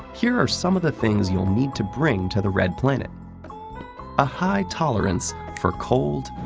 here are some of the things you'll need to bring to the red planet a high tolerance for cold,